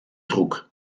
druck